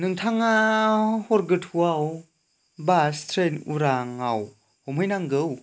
नोंथाङा हर गोथौआव बास ट्रेन उरांआव हमहैनांगौ